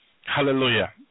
Hallelujah